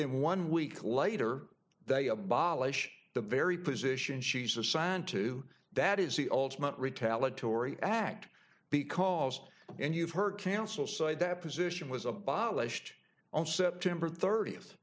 then one week later they abolish the very position she's assigned to that is the ultimate retaliatory act because when you have her cancel side that position was abolished on september thirtieth